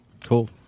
Cool